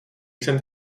jsem